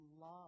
love